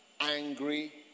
angry